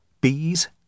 bees